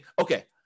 okay